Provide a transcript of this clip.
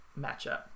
matchup